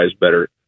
better